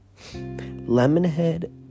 lemonhead